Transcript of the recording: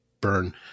burn